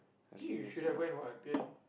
actually you should have went what